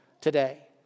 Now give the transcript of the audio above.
today